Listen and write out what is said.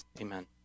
amen